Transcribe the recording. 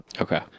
Okay